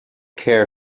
care